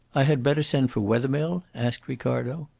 i had better send for wethermill? asked ricardo.